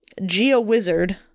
GeoWizard